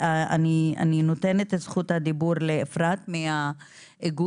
אני נותנת את זכות הדיבור לאפרת מהאיגוד.